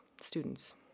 students